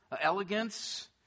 elegance